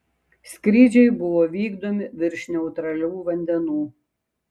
skrydžiai buvo vykdomi virš neutralių vandenų